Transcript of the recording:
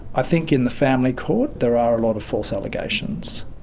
i think in the family court there are a lot of false allegations.